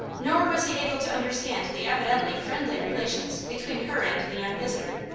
nor was he able to understand the evidently friendly relations between her and the young visitor.